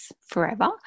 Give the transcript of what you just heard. forever